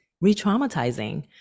re-traumatizing